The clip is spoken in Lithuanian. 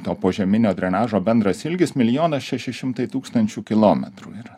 to požeminio drenažo bendras ilgis milijonas šeši šimtai tūkstančių kilometrų yra